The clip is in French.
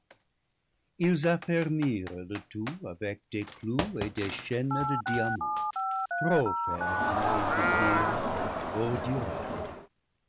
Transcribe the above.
ils affermirent le tout avec des clous et des chaînes de diamant trop ferme ils le firent et trop durable